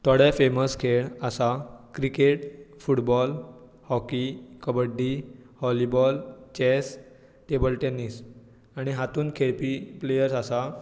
थोडे फेमस खेळ आसा cricket football hockey kabaddi volleyball chess table tennis आनी हातूंत खेळपी प्लेयर्स आसा